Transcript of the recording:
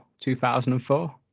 2004